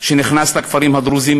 שנכנס לכפרים הדרוזיים,